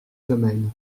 semaines